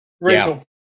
Rachel